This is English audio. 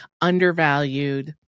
undervalued